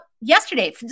yesterday